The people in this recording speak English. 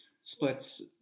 splits